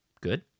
good